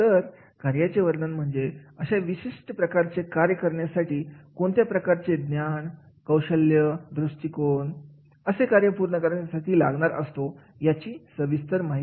तर कार्याचे वर्णन म्हणजे अशा विशिष्ट प्रकारचे कार्य करण्यासाठी कोणत्या प्रकारचे ज्ञान कौशल्य दृष्टिकोण असे कार्य पूर्ण करण्यासाठी लागणार असतो याची सविस्तर माहिती